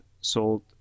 sold